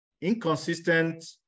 inconsistent